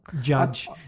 judge